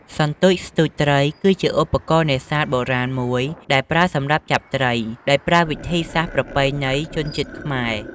សន្ទួចស្ទួចត្រី គឺជាឧបករណ៍នេសាទបុរាណមួយដែលប្រើសម្រាប់ចាប់ត្រី ដោយប្រើវិធីសាស្ត្រប្រពៃណីជនជាតិខ្មែរ។